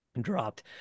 dropped